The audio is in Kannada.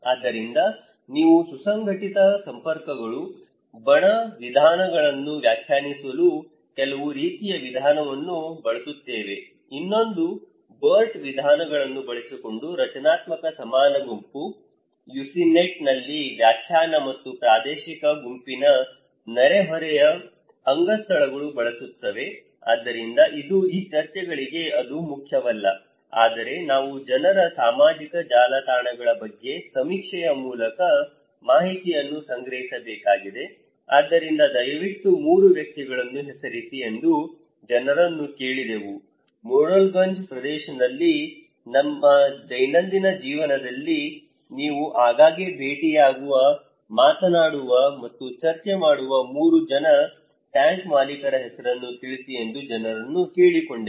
ಆದ್ದರಿಂದ ನಾವು ಸುಸಂಘಟಿತ ಸಂಪರ್ಕಗಳು ಬಣ ವಿಧಾನಗಳನ್ನು ವ್ಯಾಖ್ಯಾನಿಸಲು ಕೆಲವು ರೀತಿಯ ವಿಧಾನವನ್ನು ಬಳಸುತ್ತೇವೆ ಇನ್ನೊಂದು ಬರ್ಟ್ ವಿಧಾನಗಳನ್ನು ಬಳಸಿಕೊಂಡು ರಚನಾತ್ಮಕ ಸಮಾನ ಗುಂಪು UCINET ನಲ್ಲಿ ವ್ಯಾಖ್ಯಾನ ಮತ್ತು ಪ್ರಾದೇಶಿಕ ಗುಂಪಿನ ನೆರೆಹೊರೆಯ ಅಂಗಸಂಸ್ಥೆಗಳು ಬಳಸುತ್ತೇವೆ ಆದ್ದರಿಂದ ಇದು ಈ ಚರ್ಚೆಗಳಿಗೆ ಅದು ಮುಖ್ಯವಲ್ಲ ಆದರೆ ನಾವು ಜನರ ಸಾಮಾಜಿಕ ಜಾಲತಾಣಗಳ ಬಗ್ಗೆ ಸಮೀಕ್ಷೆಯ ಮೂಲಕ ಮಾಹಿತಿಯನ್ನು ಸಂಗ್ರಹಿಸಬೇಕಾಗಿದೆ ಆದ್ದರಿಂದ ದಯವಿಟ್ಟು 3 ವ್ಯಕ್ತಿಗಳನ್ನು ಹೆಸರಿಸಿ ಎಂದು ಜನರನ್ನು ಕೇಳಿದೆವು ಮೊರೆಲ್ಗಂಜ್ ಪ್ರದೇಶದಲ್ಲಿನ ನಿಮ್ಮ ದೈನಂದಿನ ಜೀವನದಲ್ಲಿ ನೀವು ಆಗಾಗ್ಗೆ ಭೇಟಿಯಾಗುವ ಮಾತನಾಡುವ ಮತ್ತು ಚರ್ಚೆ ಮಾಡುವ ಮೂರು ಜನ ಟ್ಯಾಂಕ್ ಮಾಲೀಕರ ಹೆಸರನ್ನು ತಿಳಿಸಿ ಎಂದು ಜನರನ್ನು ಕೇಳಿಕೊಂಡೆವು